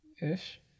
ish